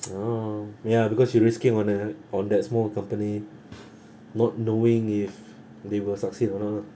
oh ya because you are risking on uh on that small company not knowing if they will succeed or not lah